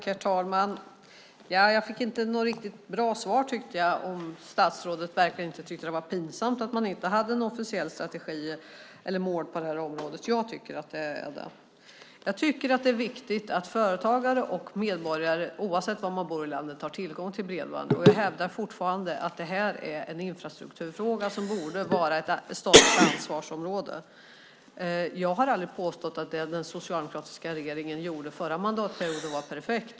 Herr talman! Jag fick inte något riktigt bra svar om statsrådet verkligen inte tycker att det är pinsamt att man inte har någon officiell strategi eller något mål på det här området. Jag tycker det. Jag tycker att det är viktigt att företagare och medborgare oavsett var man bor i landet har tillgång till bredband. Jag hävdar fortfarande att det här är en infrastrukturfråga som borde vara ett statligt ansvarsområde. Jag har aldrig påstått att det den socialdemokratiska regeringen gjorde förra mandatperioden var perfekt.